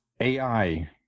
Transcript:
AI